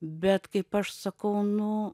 bet kaip aš sakau nu